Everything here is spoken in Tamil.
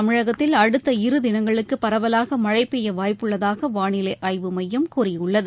தமிழகத்தில் அடுத்த இரு தினங்களுக்குபரவலாகமழைபெய்யவாய்ப்புள்ளதாகவானிலைஆய்வு மையம் கூறியுள்ளது